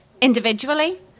individually